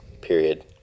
period